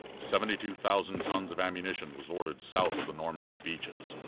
seventy-two thousand tons of ammunition was ordered south of the normandy beaches.